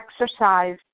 exercise